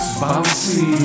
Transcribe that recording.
bouncy